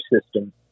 system